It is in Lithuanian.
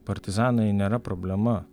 partizanai nėra problema